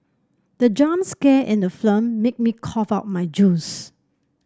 the jump scare in the made me cough out my juice